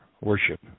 worship